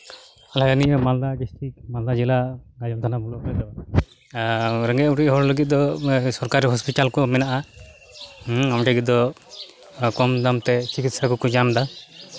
ᱟᱞᱮ ᱱᱤᱭᱟᱹ ᱢᱟᱞᱫᱟ ᱰᱤᱥᱴᱨᱤᱠ ᱢᱟᱞᱫᱟ ᱡᱮᱞᱟ ᱜᱟᱡᱚᱞ ᱛᱷᱟᱱᱟ ᱵᱞᱚᱠ ᱨᱮᱫᱚ ᱨᱮᱸᱜᱮᱡ ᱚᱨᱮᱡ ᱦᱚᱲ ᱞᱟᱹᱜᱤᱫ ᱫᱚ ᱥᱚᱨᱠᱟᱨᱤ ᱦᱚᱥᱯᱤᱴᱟᱞ ᱠᱚ ᱢᱮᱱᱟᱜᱼᱟ ᱚᱸᱰᱮ ᱫᱚ ᱠᱚᱢ ᱫᱟᱢᱛᱮ ᱪᱤᱠᱤᱛᱥᱟ ᱠᱚᱠᱚ ᱧᱟᱢᱫᱟ